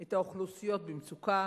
את האוכלוסיות במצוקה.